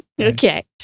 Okay